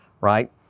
right